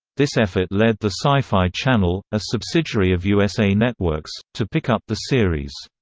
this effort led the sci-fi channel, a subsidiary of usa networks, to pick up the series.